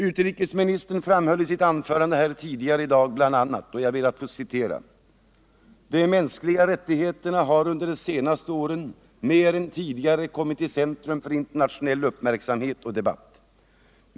Utrikesministern framhöll i sitt anförande här tidigare i dag bl.a.: ”De mänskliga rättigheterna har under de senaste åren mer än tidigare kommit i centrum för internationell uppmärksamhet och debatt.